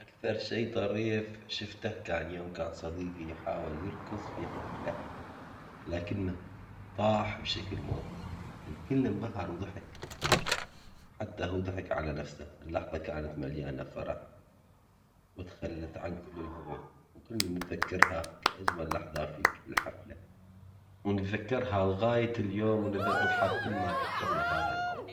أكثر طريف شوفته كان يوم كان صديقي حاول يرقص في حفلة لكنه طاح بشكل مضحك، الكل انبهر وضحك حتى هو ضحك على نفسه اللحظة كانت مليانة فرح وتخلت عن كل الهموم، وكلنا نتذكرها كأجمل لحظة في كل الحفلة ونتذكرها لغاية اليوم ونذ- ونضحك كل ما تذكرنا هذاالموقف.